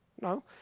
No